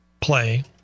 play